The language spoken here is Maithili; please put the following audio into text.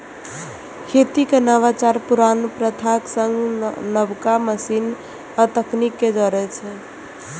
खेती मे नवाचार पुरान प्रथाक संग नबका मशीन आ तकनीक कें जोड़ै छै